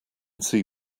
see